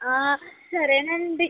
సరేనండి